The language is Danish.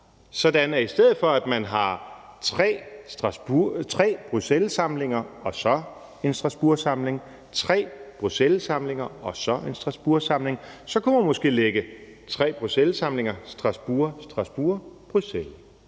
sådan at i stedet for, at man har tre Bruxellessamlinger og så en Strasbourgsamling, tre Bruxellessamlinger og så en Strasbourgsamling, kunne man måske have tre Bruxellessamlinger, en Strasbourgsamling,